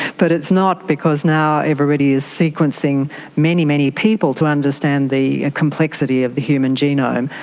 but it's not because now everybody is sequencing many, many people to understand the complexity of the human genome.